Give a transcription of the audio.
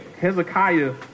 Hezekiah